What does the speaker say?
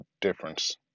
difference